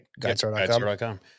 GuideStar.com